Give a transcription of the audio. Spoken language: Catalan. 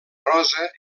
rosa